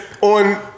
on